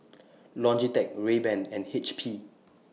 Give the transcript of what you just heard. Logitech Rayban and H P